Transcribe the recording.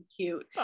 cute